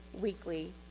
weekly